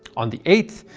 on the eighth,